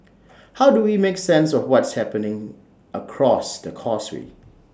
how do we make sense of what's happening across the causeway